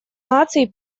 наций